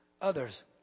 others